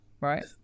right